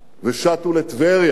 ושטו לטבריה.